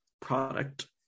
product